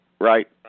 right